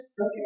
okay